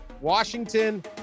Washington